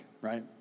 right